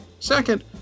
Second